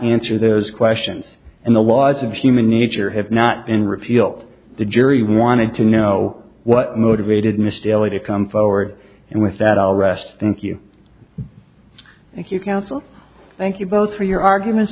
answer those questions and the laws of human nature have not been repealed the jury wanted to know what motivated mr daly to come forward and with that i'll rest thank you thank you counsel thank you both for your arguments